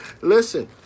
Listen